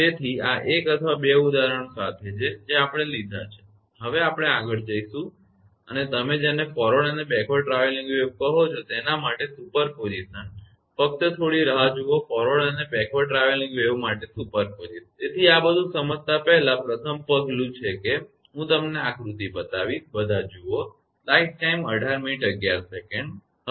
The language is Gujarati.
તેથી આ 1 અથવા 2 ઉદાહરણો સાથે છે જે આપણે લીધાં છે હવે આપણે આગળ જઈશું અને તમે જેને forward and backward travelling wave કહો છો તેના માટે સુપરપોઝિશન ફક્ત થોડી રાહ જુઓ forward and backward travelling wave માટે સુપરપોઝિશન તેથી આ બધુ સમજતતા પહેલા પ્રથમ પગલું છે કે હું તમને આ આકૃતિનો બતાવીશ બધા જુઓ